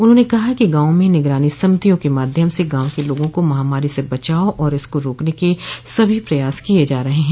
उन्होंने कहा कि गांवों में निगरानी समितियों के माध्यम से गांव के लोगों को महामारी से बचाव और इसको रोकने के सभी प्रयास किये जा रहे हैं